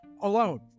Alone